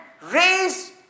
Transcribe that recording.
raise